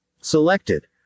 Selected